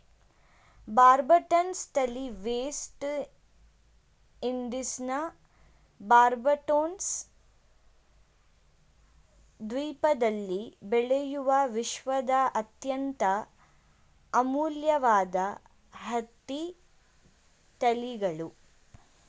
ಬಾರ್ಬಡನ್ಸ್ ತಳಿ ವೆಸ್ಟ್ ಇಂಡೀಸ್ನ ಬಾರ್ಬಡೋಸ್ ದ್ವೀಪದಲ್ಲಿ ಬೆಳೆಯುವ ವಿಶ್ವದ ಅತ್ಯಂತ ಅಮೂಲ್ಯವಾದ ಹತ್ತಿ ತಳಿಗಳು